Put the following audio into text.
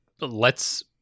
lets